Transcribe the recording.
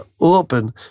open